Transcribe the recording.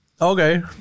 Okay